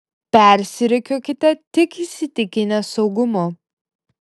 persirikiuokite tik įsitikinę saugumu